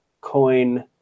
coin